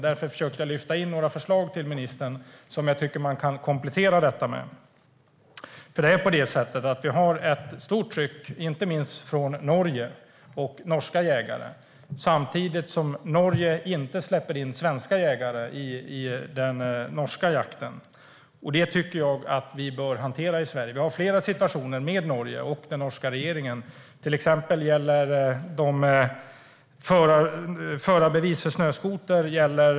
Därför försökte jag lyfta in några förslag till ministern, som jag tycker att man kan komplettera med. Det råder ett stort tryck inte minst från Norge och norska jägare, samtidigt som Norge inte släpper in svenska jägare i den norska jakten. Det bör vi hantera i Sverige. Det har funnits flera sådana situationer med Norge och den norska regeringen, till exempel i fråga om förarbevis för snöskoter.